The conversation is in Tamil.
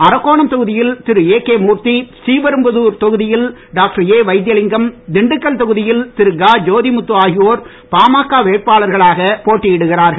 அரக்கோணம் தொகுதியில் திரு ஏகே மூர்த்தி ஸ்ரீபெரும்புதூர் தொகுதியில் டாக்டர் ஏ வைத்தியலிங்கம் திண்டுக்கல் தொகுதியில் திரு க ஜோதி முத்து ஆகியோர் பாமக வேட்பாளர்களாக போட்டியிடுகிறார்கள்